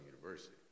University